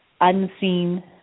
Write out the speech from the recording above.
Unseen